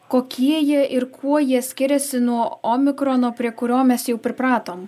kokie jie ir kuo jie skiriasi nuo omikrono prie kurio mes jau pripratom